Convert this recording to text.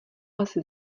asi